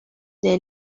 des